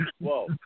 Whoa